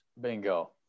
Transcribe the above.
Bingo